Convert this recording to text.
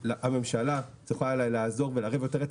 שהממשלה תוכל אולי לעזור ולערב יותר את